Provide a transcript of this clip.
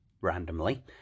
randomly